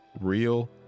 real